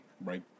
right